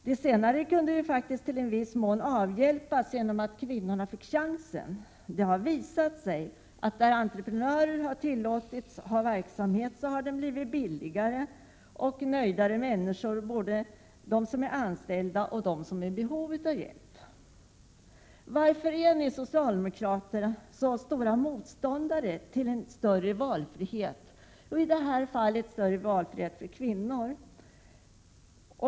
Det senare kunde i viss mån avhjälpas genom att kvinnorna fick chansen. Det har visat sig att i de fall entreprenörer har tillåtits bedriva verksamhet har denna blivit billigare, och de som är anställda och de som är i behov av hjälp har blivit nöjdare. Varför är ni socialdemokrater så stora motståndare till ökad valfrihet — i det här fallet till valfrihet för kvinnor?